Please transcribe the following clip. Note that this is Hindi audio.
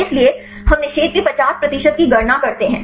इसलिए हम निषेध के 50 प्रतिशत की गणना करते हैं